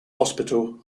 hospital